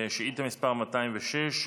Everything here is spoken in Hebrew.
שאילתה מס' 206,